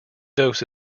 dose